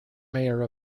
mayor